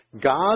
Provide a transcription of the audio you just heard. God